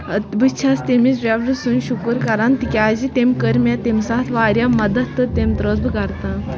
بہٕ چھَس تٔمِس ڈرایورٕ سُنٛد شُکُر کران تِکیازِ تٔمۍ کٔر مےٚ تَمہِ ساتہٕ واریاہ مدد تہٕ تٔمۍ ترٲوٕس بہٕ گرٕ تام